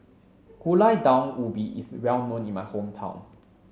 Gulai Daun Ubi is well known in my hometown